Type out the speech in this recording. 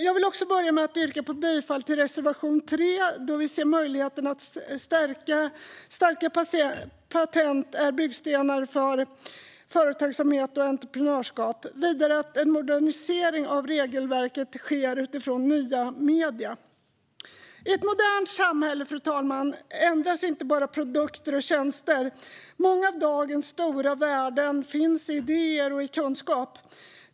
Jag börjar med att yrka bifall till reservation 3, då vi ser möjligheten att starka patent är byggstenar för företagsamhet och entreprenörskap samt vidare att en modernisering av regelverket sker utifrån nya medier. Fru talman! I ett modernt samhälle ändras inte bara produkter och tjänster. Många av dagens stora värden finns i idéer och kunskap.